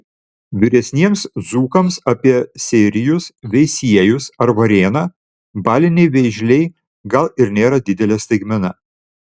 vyresniems dzūkams apie seirijus veisiejus ar varėną baliniai vėžliai gal ir nėra didelė staigmena